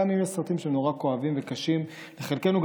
גם אם יש סרטים שנורא כואבים וקשים לחלקנו,